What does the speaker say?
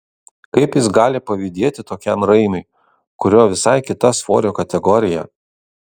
kaip jis gali pavydėti tokiam raimiui kurio visai kita svorio kategorija